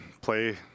play